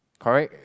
correct